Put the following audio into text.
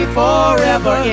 forever